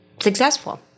successful